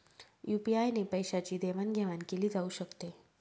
UPI ने पैशांची देवाणघेवाण केली जाऊ शकते